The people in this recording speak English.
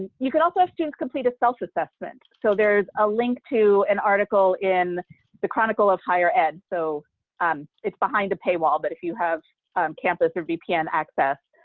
and you can also have students complete a self-assessment, so there's a link to an article in the chronicle of higher ed, so it's behind a paywall, but if you have campus or vpn access,